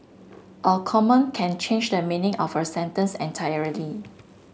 a comma can change the meaning of a sentence entirely